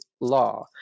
law